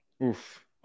Oof